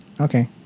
Okay